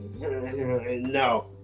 No